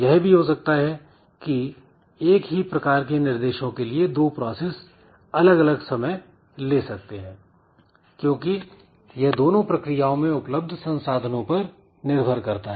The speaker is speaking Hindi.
यह भी हो सकता है कि एक ही प्रकार के निर्देशों के लिए दो प्रोसेस अलग अलग समय ले सकते हैं क्योंकि यह दोनों प्रक्रियाओं में उपलब्ध संसाधनों पर निर्भर करता है